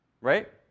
Right